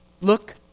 Look